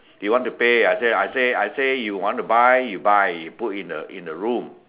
he want to pay I say I say I say you want to buy you buy you put in the room